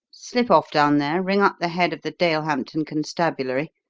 slip off down there, ring up the head of the dalehampton constabulary,